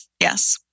Yes